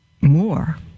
more